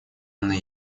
анна